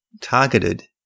targeted